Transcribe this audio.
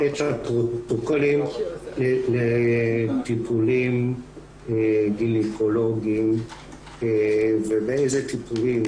ואת הפרוטוקולים לטיפולים גניקולוגיים ובאילו טיפולים